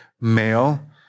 Male